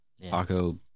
Paco